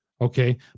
Okay